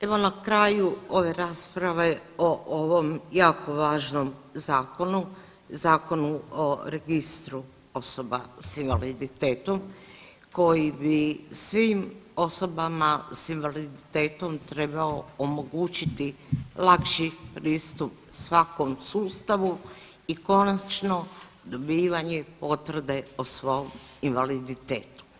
Evo na kraju ove rasprave o ovom jako važnom zakonu, Zakonu o Registru osoba s invaliditetom koji bi svim osobama s invaliditetom trebao omogućiti lakši pristup svakom sustavu i konačno dobivanje potvrde o svom invaliditetu.